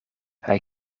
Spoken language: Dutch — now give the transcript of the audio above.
hij